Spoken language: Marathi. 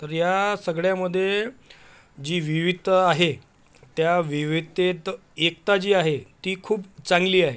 तर या सगळ्यामध्ये जी विविधता आहे त्या विविधतेत एकता जी आहे ती खूप चांगली आहे